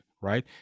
right